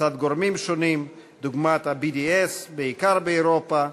מצד גורמים שונים, דוגמת ה-BDS, בעיקר באירופה,